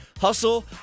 Hustle